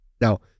Now